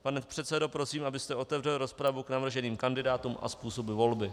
Pane předsedo, prosím, abyste otevřel rozpravu k navrženým kandidátům a způsobu volby.